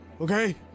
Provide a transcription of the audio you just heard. okay